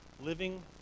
Living